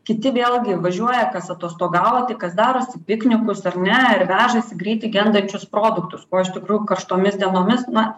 kiti vėlgi važiuoja kas atostogauti kas darosi piknikus ar ne ir vežasi greitai gendančius produktus ko iš tikrųjų karštomis dienomis na